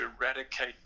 eradicate